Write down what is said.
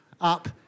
up